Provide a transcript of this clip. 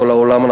בכל העולם,